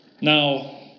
Now